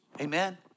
Amen